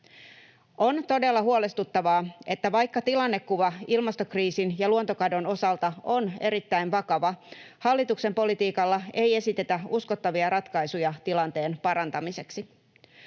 On todella huolestuttavaa, että vaikka tilannekuva ilmastokriisin ja luontokadon osalta on erittäin vakava, hallituksen politiikalla ei esitetä uskottavia ratkaisuja tilanteen parantamiseksi.